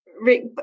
Rick